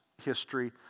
history